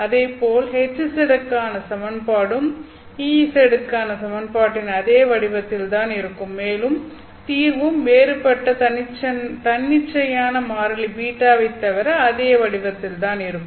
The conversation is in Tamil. அதேபோல் Hz க்கான சமன்பாடும் Ez க்கான சமன்பாட்டின் அதே வடிவத்தில் தான் இருக்கும் மேலும் தீர்வும் வேறுபட்ட தன்னிச்சையான மாறிலி β வைத் தவிர அதே வடிவத்தில் தான் இருக்கும்